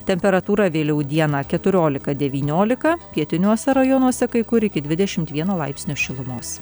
temperatūra vėliau dieną keturiolika devyniolika pietiniuose rajonuose kai kur iki dvidešimt vieno laipsnio šilumos